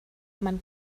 man